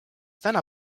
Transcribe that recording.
täna